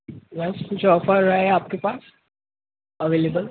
ویسے کچھ آفر ہے آپ کے پاس اویلیبل